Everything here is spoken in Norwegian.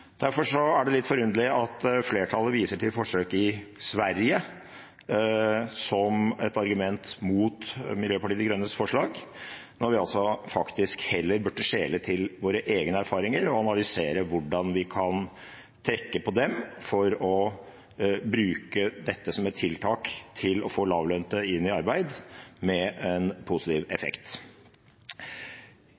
Derfor er det litt forunderlig at flertallet viser til forsøket i Sverige som et argument mot Miljøpartiet De Grønnes forslag, når vi heller burde skjele til våre egne erfaringer og analysere hvordan vi kan trekke på dem for å bruke dette som et tiltak for å få lavtlønte inn i arbeid med en positiv